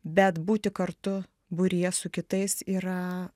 bet būti kartu būryje su kitais yra